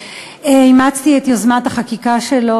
אימצתי את יוזמת החקיקה שלו,